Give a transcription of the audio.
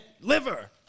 Liver